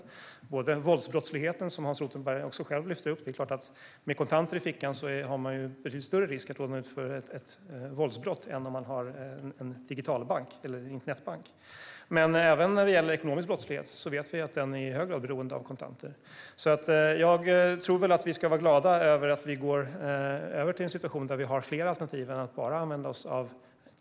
Det gäller både våldsbrottsligheten, som Hans Rothenberg själv tar upp - med kontanter på fickan löper man betydligt större risk för att råka ut för ett våldsbrott än om man använder en internetbank - och ekonomisk brottslighet, som vi vet i hög grad är beroende av kontanter. Vi ska nog vara glada över att vi går över till en situation där det finns fler alternativ än bara kontanter.